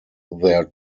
their